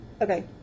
Okay